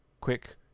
quick